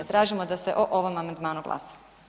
Tražimo da se o ovom amandmanu glasa.